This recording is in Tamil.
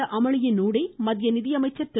இந்த அமளியினூடே மத்திய நிதியமைச்சர் திரு